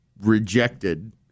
rejected